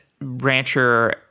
Rancher